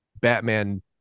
batman